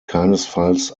keinesfalls